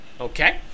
okay